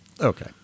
Okay